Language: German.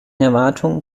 erwartung